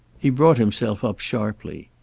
he brought himself up sharply.